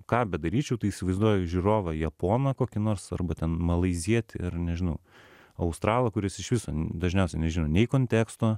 ką bedaryčiau tai įsivaizduoju žiūrovą japoną kokį nors arba ten malaizietį ar nežinau australų kuris iš viso dažniausiai nežino nei konteksto